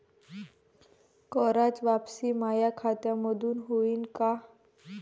कराच वापसी माया खात्यामंधून होईन का?